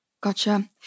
Gotcha